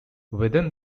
within